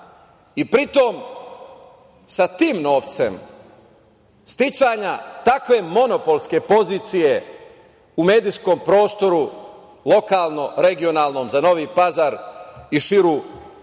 i pri tom sa tim novcem sticanja takve monopolske pozicije u medijskom prostoru u lokalno-regionalnom za Novi Pazar i širu